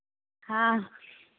हाँ